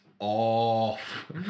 off